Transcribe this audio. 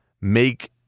make